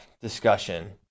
discussion